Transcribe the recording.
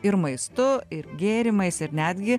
ir maistu ir gėrimais ir netgi